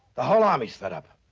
the whole army's fed up,